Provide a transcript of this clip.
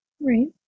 Right